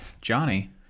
Johnny